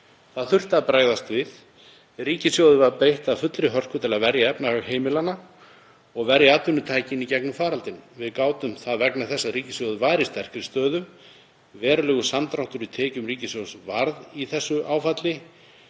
Það þurfti að bregðast við. Ríkissjóði var beitt af fullri hörku til að verja efnahag heimilanna og verja atvinnutækin í gegnum faraldurinn. Við gátum það vegna þess að ríkissjóður var í sterkri stöðu. Verulegur samdráttur í tekjum ríkissjóðs varð í þessu áfalli